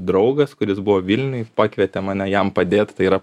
draugas kuris buvo vilniuj pakvietė mane jam padėt tai yra